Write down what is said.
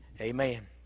amen